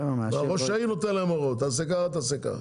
ראש העיר נותן להם הוראות, תעשה ככה, תעשה ככה.